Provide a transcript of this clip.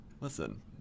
Listen